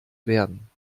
werden